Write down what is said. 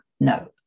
No